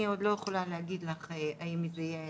אני עוד לא יכולה להגיד לך האם זה יהיה